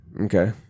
Okay